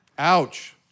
Ouch